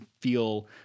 feel